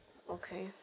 okay